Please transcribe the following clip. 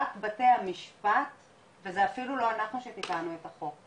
רק בתי המשפט וזה אפילו לא אנחנו שביטלנו את החוק,